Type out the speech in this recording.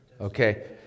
Okay